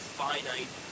finite